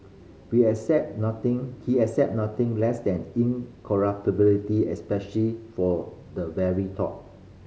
be accepted nothing he accepted nothing less than incorruptibility especially for the very top